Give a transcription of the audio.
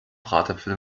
bratäpfel